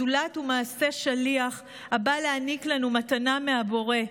הזולת הוא למעשה שליח הבא להעניק לנו מתנה מהבורא,